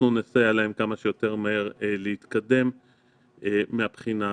אנחנו נסייע להם כמה שיותר מהר להתקדם מבחינה זו.